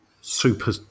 super